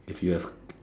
if you have